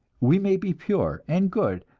we may be pure and good,